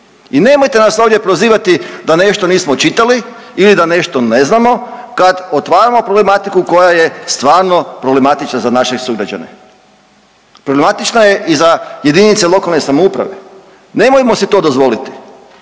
I nemojte nas ovdje prozivati da nešto nismo čitali ili da nešto ne znamo kad otvaramo problematiku koja je stvarno problematična za naše sugrađane. Problematična je i za jedinice lokalne samouprave. Nemojmo si to dozvoliti.